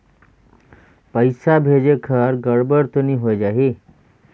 पइसा भेजेक हर गड़बड़ तो नि होए जाही?